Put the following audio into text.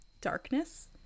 darkness